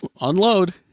unload